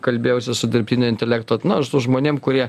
kalbėjausi su dirbtinio intelekto na su žmonėm kurie